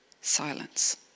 Silence